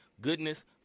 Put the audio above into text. goodness